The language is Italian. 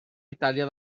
italia